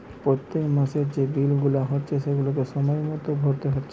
পোত্তেক মাসের যে বিল গুলা হচ্ছে সেগুলাকে সময় মতো ভোরতে হচ্ছে